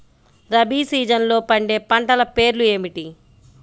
రబీ సీజన్లో పండే పంటల పేర్లు ఏమిటి?